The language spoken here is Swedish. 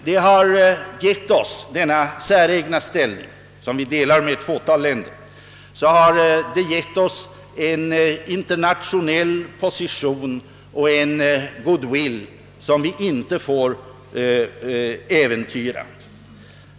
Den har givit oss denna särställning, som vi delar med blott ett fåtal länder, en internationell position och en goodwill som vi inte får äventyra.